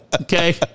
Okay